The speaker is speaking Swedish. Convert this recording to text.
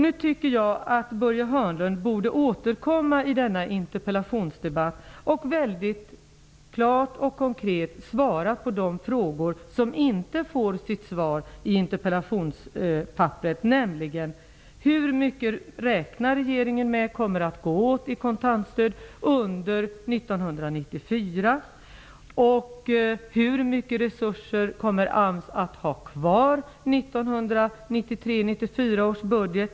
Nu tycker jag att Börje Hörnlund skall återkomma i denna debatt och klart och konkret svara på de frågor som jag inte har fått svar på i interpellationen, nämligen dessa: Hur mycket pengar räknar regeringen med att det kommer att gå åt i kontantstöd under 1994? Hur mycket resurser kommer AMS att ha kvar i 1993/94 års budget?